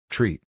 Treat